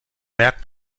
merkt